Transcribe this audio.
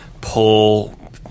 pull